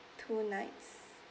two nights